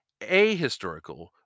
ahistorical